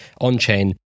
on-chain